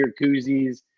koozies